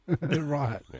Right